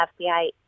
FBI